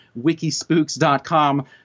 Wikispooks.com